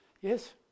Yes